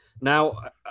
Now